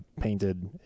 painted